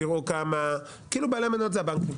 תראו כמה כאילו בעלי המניות זה הבנקים,